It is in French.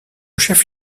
chef